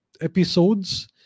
episodes